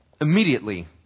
Immediately